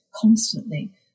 constantly